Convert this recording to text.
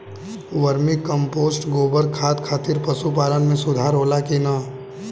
Vermi compost गोबर खाद खातिर पशु पालन में सुधार होला कि न?